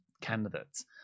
candidates